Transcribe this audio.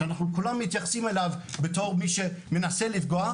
שאנחנו כולנו מתייחסים אליו בתור מי שמנסה לפגוע,